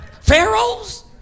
Pharaoh's